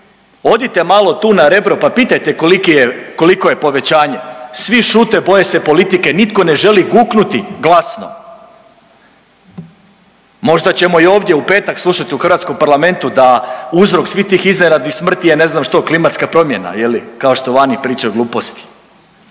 odite malo tu na Rebro pa pitajte koliki je, koliko je povećanje. Svi šute, boje se politike, nitko ne želi guknuti glasno. Možda ćemo i ovdje u petak slušati u hrvatskom parlamentu da uzrok svih tih iznenadnih smrti je ne znam što klimatska promjena je li kao što vani pričaju gluposti.